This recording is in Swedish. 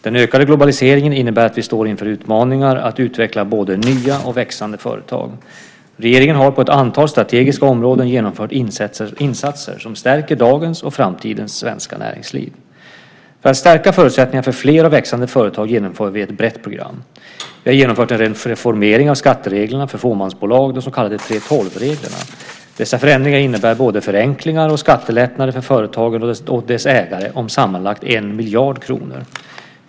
Den ökade globaliseringen innebär att vi står inför utmaningar att utveckla både nya och växande företag. Regeringen har på ett antal strategiska områden genomfört insatser som stärker dagens och framtidens svenska näringsliv. För att stärka förutsättningarna för fler och växande företag genomför vi ett brett program. Vi har genomfört en reformering av skattereglerna för fåmansbolag, de så kallade 3:12-reglerna. Dessa förändringar innebär både förenklingar och skattelättnader för företagen och dess ägare om sammanlagt 1 miljard kronor.